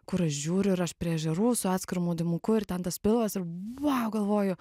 kur aš žiūriu ir aš prie ežerų su atskiru maudymuku ir ten tas pilvas ir vau galvoju